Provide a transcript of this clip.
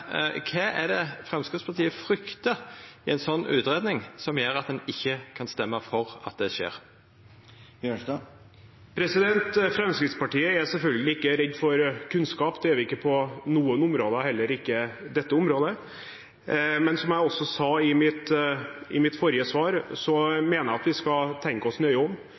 Kva er det Framstegspartiet fryktar i ei slik utgreiing som gjer at ein ikkje kan stemma for at det skjer? Fremskrittspartiet er selvfølgelig ikke redd for kunnskap. Det er vi ikke på noen områder, heller ikke dette området. Som jeg også sa i mitt forrige svar, mener jeg at vi skal tenke oss nøye om,